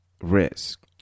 risk